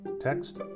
Text